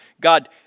God